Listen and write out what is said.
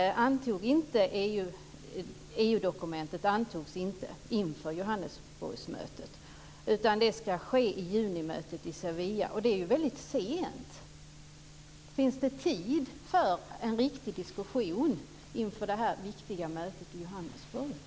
EU-dokumentet antogs inte inför Johannesburgsmötet, utan det ska ske vid junimötet i Sevilla. Det är ju väldigt sent. Finns det tid för en riktig diskussion inför det viktiga mötet i Johannesburg?